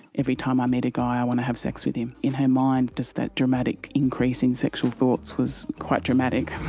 every time i meet a guy i want to have sex with him. in her mind, just that dramatic increase in sexual thoughts was quite dramatic.